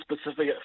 specific